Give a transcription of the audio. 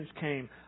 came